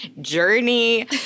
journey